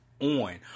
on